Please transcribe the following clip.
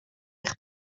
eich